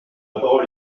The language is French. parole